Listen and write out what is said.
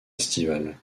estivale